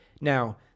Now